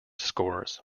scores